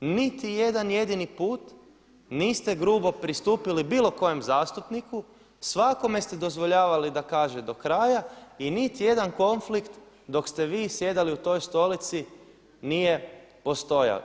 Niti jedan jedini put niste grubo pristupili bilo kojem zastupniku, svakome ste dozvoljavali da kaže do kraja i niti jedan konflikt dok ste vi sjedili u toj stolici nije postojao.